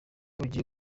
bagiye